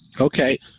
Okay